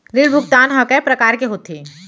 ऋण भुगतान ह कय प्रकार के होथे?